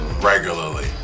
regularly